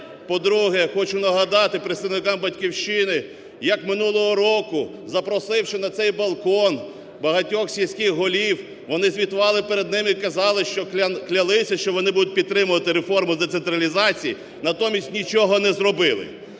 По-друге, хочу нагадати представникам "Батьківщини", як минулого року, запросивши на цей балкон багатьох сільських голів, вони звітували перед ними і казали, клялися, що вони будуть підтримувати реформу децентралізації, натомість нічого не зробили.